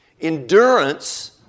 Endurance